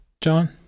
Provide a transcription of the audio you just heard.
John